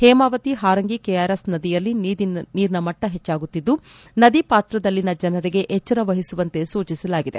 Hemavathi Harangi KRS ನದಿಯಲ್ಲಿ ನೀರಿನ ಮಟ್ಟ ಹೆಚ್ಚಾಗುತ್ತಿದ್ದು ನದಿ ಪಾತ್ರದಲ್ಲಿನ ಜನರಿಗೆ ಎಚ್ಚರ ವಹಿಸುವಂತೆ ಸೂಚಿಸಲಾಗಿದೆ